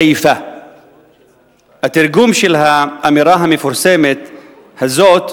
התרגום של האמירה המפורסמת הזאת,